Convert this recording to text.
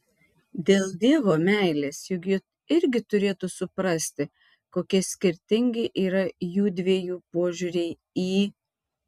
dėl dievo meilės juk ji irgi turėtų suprasti kokie skirtingi yra jųdviejų požiūriai į